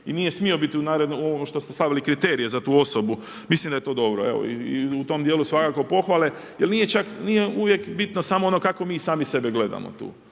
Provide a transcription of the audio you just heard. i nije smio biti u ovo što ste stavili kriterije za tu osobu. Mislim da je to dobro. I u tom djelu svakako pohvale. Jer nije uvijek bitno kako mi sami sebe gledamo tu,